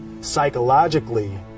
psychologically